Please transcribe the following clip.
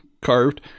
carved